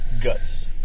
Guts